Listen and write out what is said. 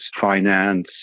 finance